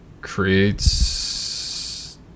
creates